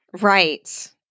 Right